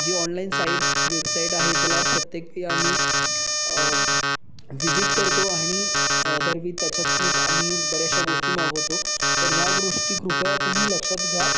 जी online site website आहे त्याला प्रत्येकी आम्ही व्हिजिट करतो आणि दरवेळी त्याच्यातूनच आम्ही बऱ्याचशा गोष्टी मागवतो तर ह्या गोष्टी कृपया तुम्ही लक्षात घ्या